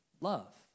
love